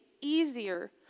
easier